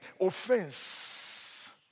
Offense